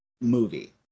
movie